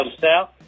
south